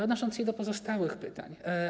Odniosę się do pozostałych pytań.